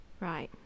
Right